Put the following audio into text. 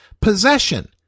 possession